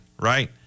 Right